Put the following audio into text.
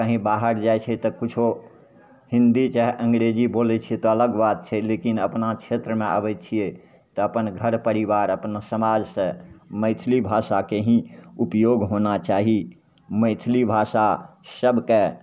कहीँ बाहर जाइ छै तऽ किछु हिन्दी चाहे अन्गरेजी बोलै छिए तऽ अलग बात छै लेकिन अपना क्षेत्रमे आबै छिए तऽ अपन घर परिवार अपन समाजसे मैथिली भाषाके ही उपयोग होना चाही मैथिली भाषा सभके